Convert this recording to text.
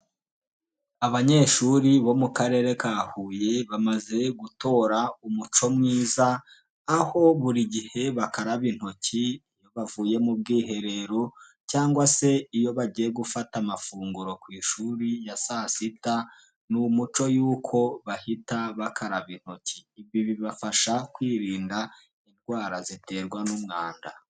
Abanyeshuri bo mu karere ka Huye bamaze gutora umuco mwiza, aho buri gihe bakaraba intoki iyo bavuye mu bwiherero cyangwa se iyo bagiye gufata amafunguro ku ishuri ya saa sita, ni umuco yuko bahita bakaraba intoki. Ibyo bibafasha kwirinda indwara ziterwa n'umwanda.